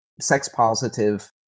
sex-positive